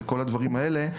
וכל הדברים האלה,